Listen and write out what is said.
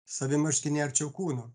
savi marškiniai arčiau kūno